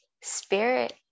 spirit